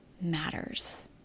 matters